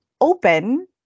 open